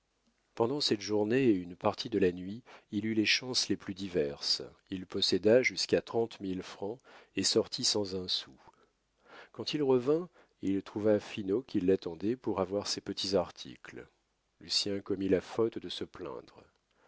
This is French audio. pendant cette journée et une partie de la nuit il eut les chances les plus diverses il posséda jusqu'à trente mille francs et sortit sans un sou quand il revint il trouva finot qui l'attendait pour avoir ses petits articles lucien commit la faute de se plaindre